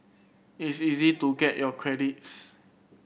it's easy to get your credits